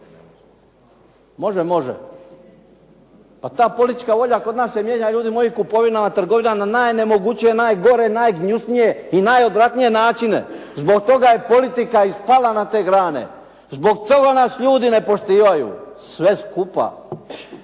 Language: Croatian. Može, može. A ta politička volja kod nas se mijenja ljudi moji kupovinama, trgovinama na najnemogućije, najgore, najgnjusnije i najodvratnije načine. Zbog toga je politika i spala na te grane. Zbog toga nas ljudi ne poštivaju, sve skupa.